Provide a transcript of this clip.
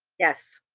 yes.